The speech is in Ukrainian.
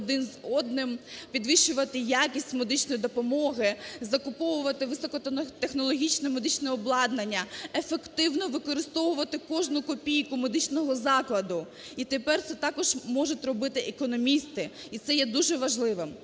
підвищувати якість медичної допомоги, закуповувати високотехнологічне медичне обладнання, ефективно використовувати кожну копійку медичного закладу. І тепер це також можуть робити економісти і це є дуже важливим.